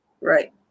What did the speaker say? Right